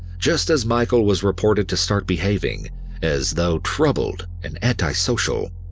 just as michael was reported to start behaving as though troubled and antisocial.